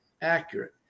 accurate